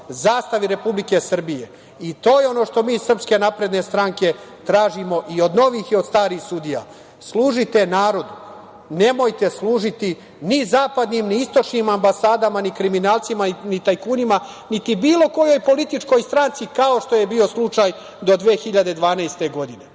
zastavi Republike Srbije. To je ono što mi iz SNS tražimo i od novih i od starih sudija. Služite narodu. Nemojte služiti ni zapadnim, ni istočnim ambasadama, ni kriminalcima, ni tajkunima, niti bilo kojoj političkoj stranci, kao što je bio slučaj do 2012. godine.